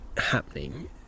happening